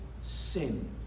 sin